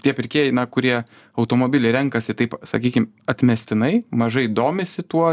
tie pirkėjai kurie automobilį renkasi taip sakykim atmestinai mažai domisi tuo